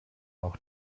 auch